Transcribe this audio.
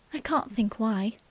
i can't think why.